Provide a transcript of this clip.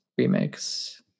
remix